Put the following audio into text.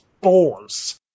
balls